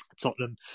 Tottenham